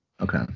Okay